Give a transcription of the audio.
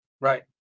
Right